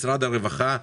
משרד הרווחה,